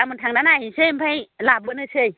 गाबोन थांना नायहैनोसै ओमफ्राय लाबोनोसै